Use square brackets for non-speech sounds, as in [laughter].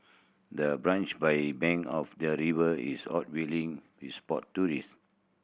the branch by bank of the river is hot viewing [unintelligible] spot tourist